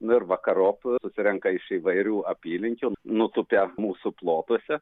nu ir vakarop susirenka iš įvairių apylinkių nutūpia mūsų plotuose